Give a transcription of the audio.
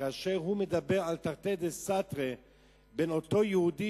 כאשר הוא מדבר על תרתי דסתרי בין אותו יהודי,